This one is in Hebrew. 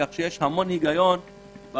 כך שיש הרבה היגיון במספרים,